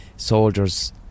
soldiers